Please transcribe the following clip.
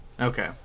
Okay